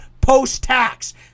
post-tax